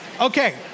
Okay